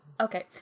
okay